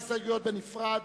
ההסתייגות לא נתקבלה.